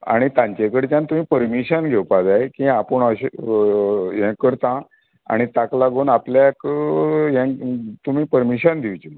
आनी तांचे कडच्यान थंय पर्मिशन घेवपाक जाय की आपूण अशें यें करता आनी ताका लागून आपल्याक यें तुमी पर्मिशन दिवचें